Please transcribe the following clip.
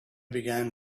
began